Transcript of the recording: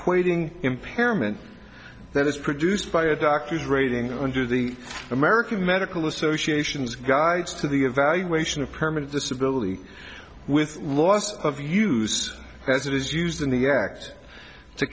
equating impairment that is produced by a doctor's rating under the american medical association's guides to the evaluation of permanent disability with loss of use as it is used in the act to